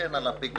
להסתכן על הפיגום